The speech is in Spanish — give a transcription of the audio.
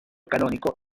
canónico